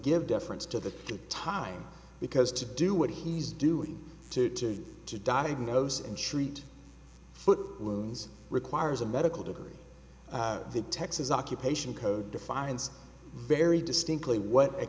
deference to the time because to do what he's doing to to diagnose and treat loons requires a medical degree the texas occupation code defines very distinctly what a